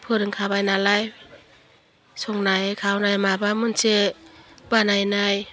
फोरोंखाबाय नालाय संनाय खावनाय माबा मोनसे बानायनाय